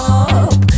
up